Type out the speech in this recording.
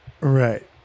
right